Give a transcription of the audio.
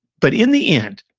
but, in the end,